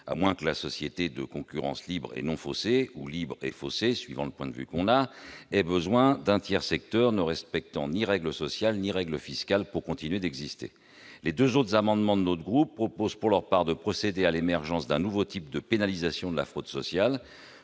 À moins que la société de concurrence libre et non faussée, ou libre et faussée, selon le point de vue de chacun, n'ait besoin d'un tiers-secteur ne respectant ni règles sociales ni règles fiscales pour continuer d'exister. Les amendements n 77 rectifié et 76 rectifié, quant à eux, tendent à procéder à l'émergence d'un nouveau type de pénalisation de la fraude sociale